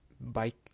bike